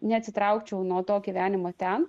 neatsitraukčiau nuo to gyvenimo ten